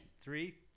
Three